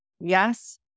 Yes